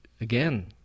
again